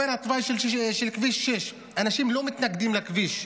עובר התוואי של כביש 6. אנשים לא מתנגדים לכביש.